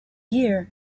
year